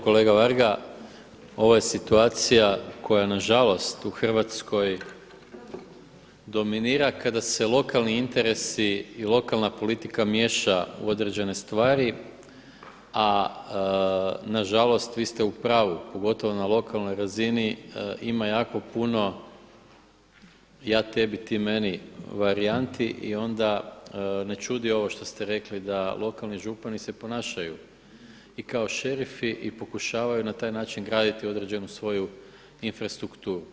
Kolega Varga, ovo je situacija koja nažalost u Hrvatskoj dominira kada se lokalni interesi i lokalna politika miješa u određene stvari, a nažalost vi ste u pravu pogotovo na lokalnoj razini ima jako puno ja tebi ti meni varijanti i onda ne čudi ovo što ste rekli da lokalni župani se ponašaju i kao šerifi i pokušavaju na taj način graditi određenu svoju infrastrukturu.